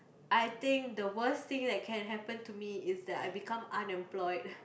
I think the worst thing that can happen to me is that I become unemployed